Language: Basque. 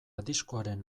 diskoaren